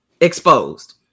exposed